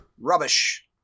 rubbish